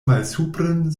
malsupren